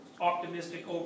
optimistic